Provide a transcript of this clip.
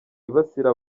yibasira